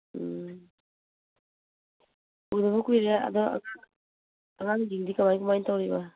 ꯎꯝ ꯎꯗꯕ ꯀꯨꯏꯔꯦ ꯑꯗꯣ ꯑꯉꯥꯡꯁꯤꯡꯗꯤ ꯀꯃꯥꯏ ꯀꯃꯥꯏ ꯇꯧꯔꯤꯕ